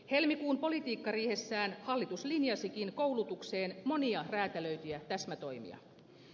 helmikuun politiikkariihessään hallitus linjasikin koulutukseen monia räätälöityjä täsmätoimia